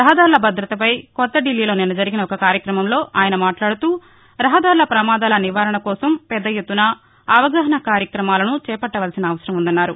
రహదారుల భద్రతపై కొత్త దిల్లీలో నిన్న జరిగిన ఒక కార్యక్రమంలో ఆయన మాట్లాడుతూ రహదారుల ప్రమాదాల నివారణ కోసం పెద్ద ఎత్తున అవగాహన కార్యక్రమాలను చేపట్టవలసిన అవసరం ఉందని అన్నారు